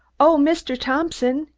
oh, mr. thompson!